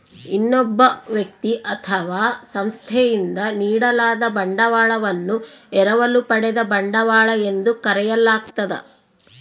ಇನ್ನೊಬ್ಬ ವ್ಯಕ್ತಿ ಅಥವಾ ಸಂಸ್ಥೆಯಿಂದ ನೀಡಲಾದ ಬಂಡವಾಳವನ್ನು ಎರವಲು ಪಡೆದ ಬಂಡವಾಳ ಎಂದು ಕರೆಯಲಾಗ್ತದ